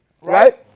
Right